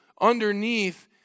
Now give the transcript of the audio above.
underneath